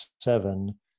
seven